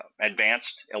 advanced